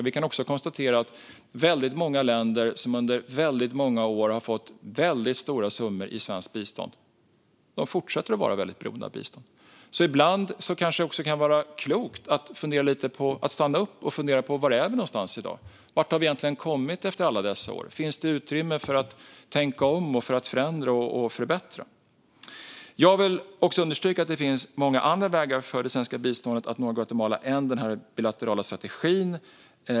Vi kan också konstatera att väldigt många länder som under väldigt många år har fått väldigt stora summor i svenskt bistånd fortsätter att vara väldigt beroende av bistånd. Ibland kanske det alltså kan vara klokt att stanna upp och fundera lite på var vi är någonstans i dag. Vart har vi egentligen kommit efter alla dessa år? Finns det utrymme för att tänka om, förändra och förbättra? Jag vill också understryka att det finns många andra vägar för det svenska biståndet att nå Guatemala än den bilaterala strategin.